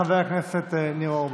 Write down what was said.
הכנסת ניר אורבך.